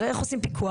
הרי איך עושים פיקוח?